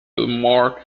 mark